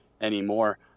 anymore